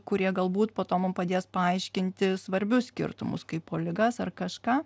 kurie galbūt po to mum padės paaiškinti svarbius skirtumus kaipo ligas ar kažką